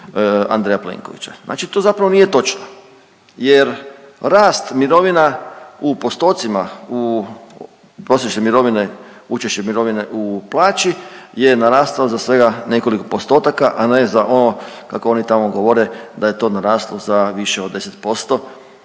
Andreja Plenkovića, znači to zapravo nije točno jer rast mirovina u postocima u, prosječne mirovine, učešće mirovine u plaći je narastao za svega nekoliko postotaka, a ne za ono kako oni tamo govore da je to naraslo za više od 10%,